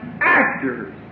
Actors